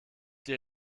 die